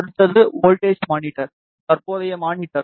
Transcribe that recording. அடுத்தது voltage monitor தற்போதைய monitor